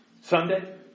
Sunday